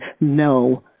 no